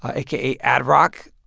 aka ad-rock,